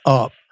up